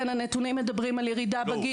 כן הנתונים מדברים על ירידה בגיל.